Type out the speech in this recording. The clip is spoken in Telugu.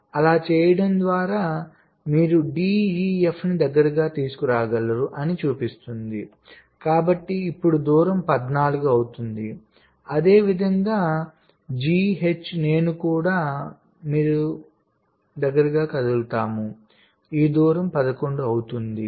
కాబట్టి అలా చేయడం ద్వారా మీరు D E F ని దగ్గరకు తీసుకురాగలిగారు అని చూపిస్తుంది కాబట్టి ఇప్పుడు దూరం పద్నాలుగు అవుతుంది అదేవిధంగా G H నేను కూడా మీరు దగ్గరగా కదులుతాము ఈ దూరంపదకొండు అవుతుంది